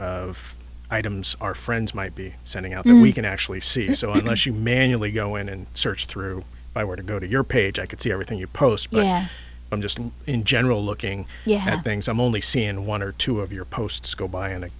of items our friends might be sending out and we can actually see so unless you manually go in and search through i were to go to your page i could see everything you post where i'm just in general looking ahead things i'm only seeing one or two of your posts go by on a